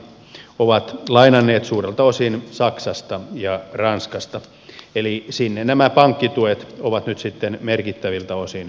rahat nämä espanjalaiset pankit ovat lainanneet suurelta osin saksasta ja ranskasta eli sinne nämä pankkituet ovat sitten merkittäviltä osin menossa